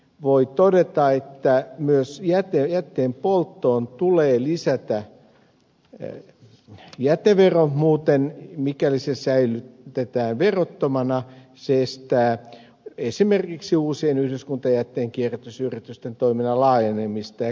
voi todeta että myös jätteenpolttoon tulee lisätä jätevero muuten mikäli se säilytetään verottomana se estää esimerkiksi uusien yhdyskuntajätteen kierrätysyritysten toiminnan laajenemista ja kehittymistä